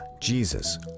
Jesus